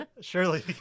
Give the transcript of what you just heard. Surely